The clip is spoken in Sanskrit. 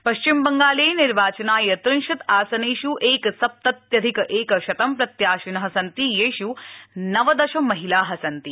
पश्चिमबंगाले निर्वाचनाय त्रिंशत् आसनेष् एकसप्तत्यधिक एक शतं प्रत्याशिनः सन्ति येष् नवदश महिलाः सन्ति